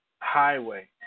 highway